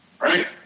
right